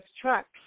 trucks